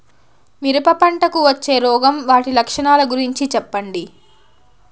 మిరప పంటకు వచ్చే రోగం వాటి లక్షణాలు గురించి చెప్పండి?